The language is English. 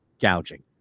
gouging